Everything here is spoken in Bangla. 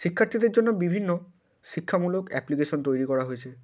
শিক্ষার্থীদের জন্য বিভিন্ন শিক্ষামূলক অ্যাপ্লিকেশন তৈরি করা হয়েছে